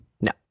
no